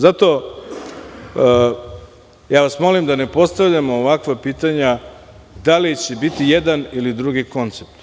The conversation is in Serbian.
Zato vas molim da ne postavljamo ovakva pitanja da li će biti jedan ili drugi koncept.